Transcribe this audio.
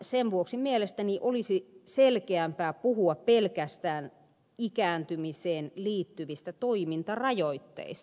sen vuoksi mielestäni olisi selkeämpää puhua pelkästään ikääntymiseen liittyvistä toimintarajoitteista